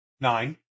Nine